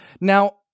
now